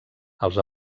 als